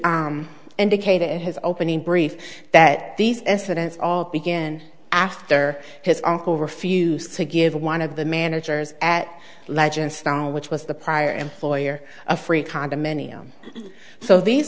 indicated in his opening brief that these incidents all begin after his uncle refused to give one of the managers at legend stone which was the prior employer a free condominium so these